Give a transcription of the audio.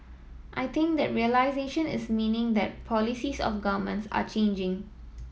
I think that realisation is meaning that policies of governments are changing